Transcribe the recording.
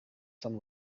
sun